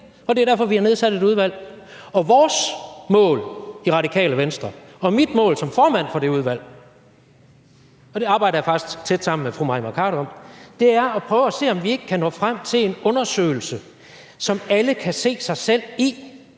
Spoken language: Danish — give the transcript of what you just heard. og det er derfor, vi har nedsat et udvalg. Vores mål i Radikale Venstre og mit mål som formand for det udvalg – og det arbejder jeg faktisk tæt sammen med fru Mai Mercado om – er at prøve at se, om vi ikke kan nå frem til en undersøgelse, som alle kan se sig selv i,